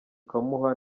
ukamuha